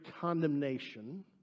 condemnation